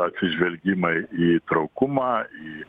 atsižvelgimai į įtraukumą į